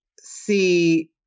see